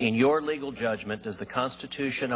in your legal judgment does the constitution